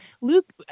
luke